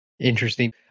Interesting